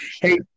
Hey